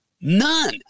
none